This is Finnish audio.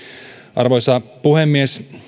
arvoisa puhemies